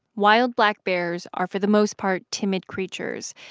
wild black bears are for the most part timid creatures.